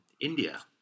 India